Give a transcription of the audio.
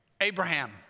Abraham